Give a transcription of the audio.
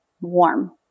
warm